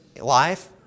life